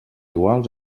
igual